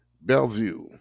Bellevue